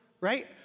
Right